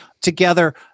together